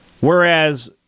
Whereas